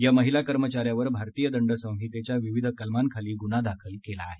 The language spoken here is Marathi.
या महिला कर्मचाऱ्यावर भारतीय दंड संहितेच्या विविध कलमांखाली गुन्हा दाखल केला आहे